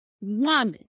woman